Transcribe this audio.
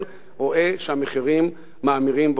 רואה שהמחירים מאמירים והולכים,